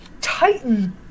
Titan